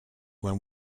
when